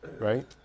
right